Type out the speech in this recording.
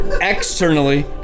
externally